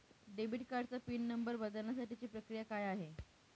Debit कार्डचा pin number बदलण्यासाठीची प्रक्रिया काय आहे?